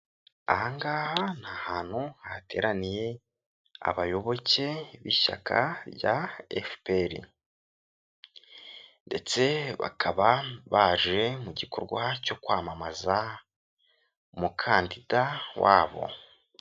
Aha ngaha ni ahantu hateraniye abayoboke b'ishyaka rya FPR ndetse bakaba baje mu gikorwa cyo kwamamaza umukandida wabo.